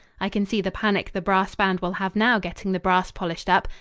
i can see the panic the brass band will have now getting the brass polished up,